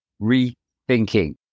rethinking